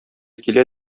килә